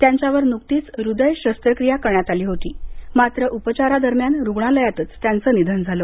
त्यांच्यावर नुकतीच हृदय शस्त्रक्रिया करण्यात आली होती मात्र उपचारा दरम्यान रुग्णालयातच त्यांचं निधन झालं